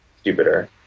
stupider